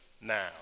now